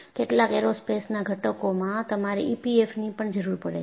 કેટલાક એરોસ્પેસના ઘટકોમાં તમારે ઈપીએફએમ ની પણ જરૂર પડે છે